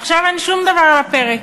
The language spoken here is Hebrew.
עכשיו אין שום דבר על הפרק.